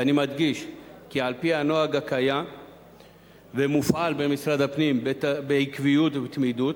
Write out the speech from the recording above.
ואני מדגיש כי על-פי הנוהג הקיים ומופעל במשרד הפנים בעקביות ובתמידות,